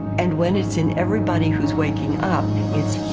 and when it's in everybody who's waking up it's